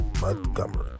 Montgomery